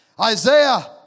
Isaiah